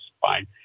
fine